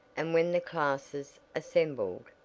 and, when the classes assembled,